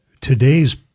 today's